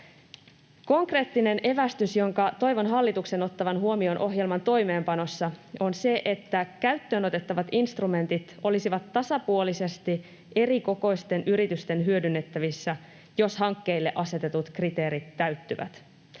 Konkreettinen evästys, jonka toivon hallituksen ottavan huomioon ohjelman toimeenpanossa, on se, että käyttöön otettavat instrumentit olisivat tasapuolisesti erikokoisten yritysten hyödynnettävissä, jos hankkeille asetetut kriteerit täyttyvät.